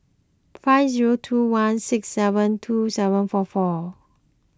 five zero two one six seven two seven four four